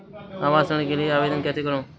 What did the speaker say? आवास ऋण के लिए आवेदन कैसे करुँ?